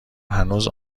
هنوز